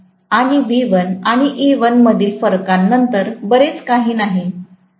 आणि V1 आणि E1 मधील फरकानंतर बरेच काही नाही